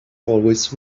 always